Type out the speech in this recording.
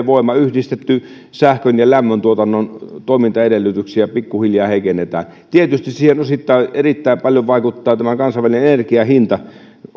voiman yhdistetyn sähkön ja lämmöntuotannon toimintaedellytyksiä pikkuhiljaa heikennetään tietysti siihen erittäin paljon vaikuttaa tämä kansainvälinen energiahinta